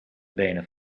benen